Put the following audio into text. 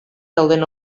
dauden